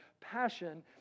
passion